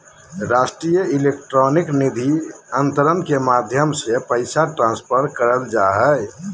राष्ट्रीय इलेक्ट्रॉनिक निधि अन्तरण के माध्यम से पैसा ट्रांसफर करल जा हय